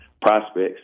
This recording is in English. prospects